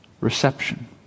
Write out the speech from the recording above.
reception